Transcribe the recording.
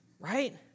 Right